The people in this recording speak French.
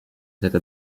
cette